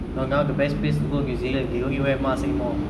no now the best place to go new zealand they don't need wear mask anymore